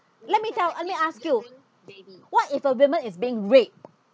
let me tell let me ask you what if a woman is being raped